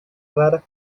raras